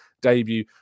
debut